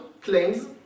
claims